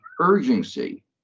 urgency